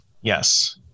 Yes